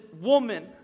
woman